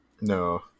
No